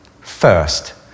First